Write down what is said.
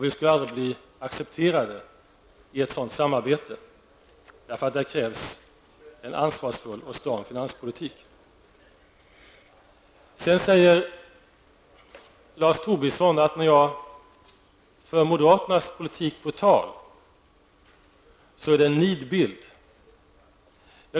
Vi skulle då aldrig bli accepterade i ett sådant samarbete -- där krävs en ansvarsfull och stram finanspolitik. Lars Tobisson sade att jag tecknade en nidbild när jag förde moderaternas politik på tal.